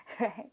right